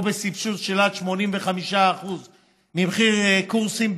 או בסבסוד של עד 85% ממחיר הקורסים,